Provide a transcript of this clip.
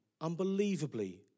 unbelievably